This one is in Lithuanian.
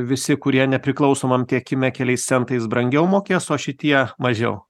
visi kurie nepriklausomam tiekime keliais centais brangiau mokės o šitie mažiau